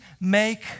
make